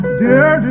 dear